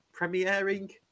Premiering